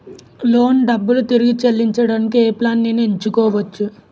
Loan డబ్బులు తిరిగి చెల్లించటానికి ఏ ప్లాన్ నేను ఎంచుకోవచ్చు?